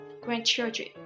grandchildren